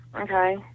okay